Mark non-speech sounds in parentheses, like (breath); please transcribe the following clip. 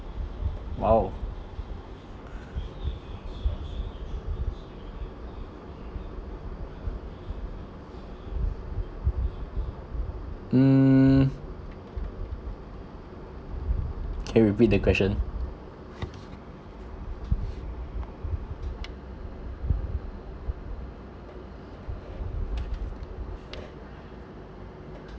!wow! (noise) mm (breath) can you repeat the question (breath)